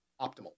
optimal